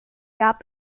gab